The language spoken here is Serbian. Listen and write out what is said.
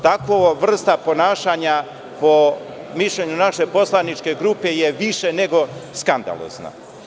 Takva vrsta ponašanja, po mišljenju naše poslaničke grupe je više nego skandalozna.